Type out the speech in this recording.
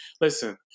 listen